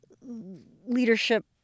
leadership